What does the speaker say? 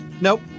Nope